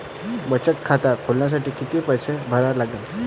बचत खाते खोलासाठी किती पैसे भरा लागन?